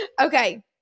Okay